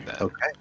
Okay